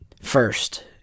First